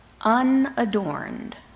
unadorned